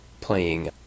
playing